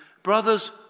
Brothers